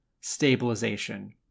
stabilization